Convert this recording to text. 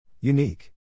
Unique